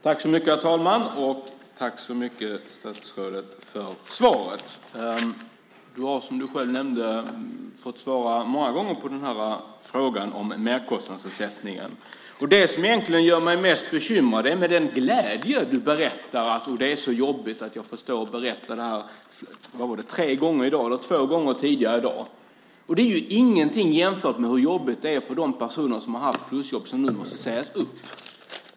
Herr talman! Tack för svaret, statsrådet! Du har, som du själv nämnde, många gånger fått svara på frågan om merkostnadsersättningen. Det som egentligen gör mig mest bekymrad är med vilken glädje du berättar att det är så jobbigt att du har fått stå och berätta detta två gånger tidigare i dag. Det är ingenting jämfört med hur jobbigt det är för de personer som har haft plusjobb och som nu måste sägas upp.